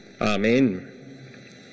amen